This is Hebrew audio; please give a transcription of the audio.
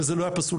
וזה לא היה פסול.